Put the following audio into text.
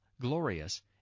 glorious